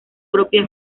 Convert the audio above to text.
propia